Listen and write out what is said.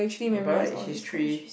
but by right history